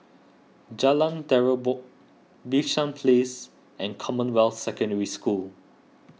Jalan Terubok Bishan Place and Commonwealth Secondary School